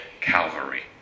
Calvary